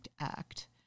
Act